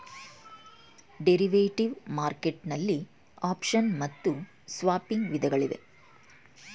derivative market ನಲ್ಲಿ option ಮತ್ತು swapping ವಿಧಗಳಿವೆ